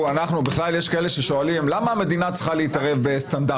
האישה הראשונה שמיניתי לראש מועצה דתית באה ממשפחה ש"סניקית.